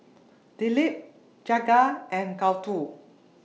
Dilip Jagat and Gouthu